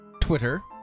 Twitter